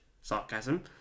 sarcasm